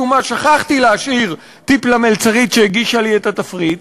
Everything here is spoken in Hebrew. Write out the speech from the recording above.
משום מה שכחתי להשאיר טיפ למלצרית שהגישה לי את התפריט.